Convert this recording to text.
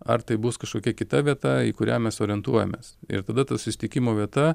ar tai bus kažkokia kita vieta į kurią mes orientuojamės ir tada ta susitikimo vieta